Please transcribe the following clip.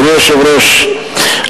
אדוני היושב-ראש,